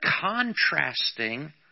contrasting